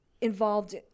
involved